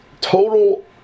total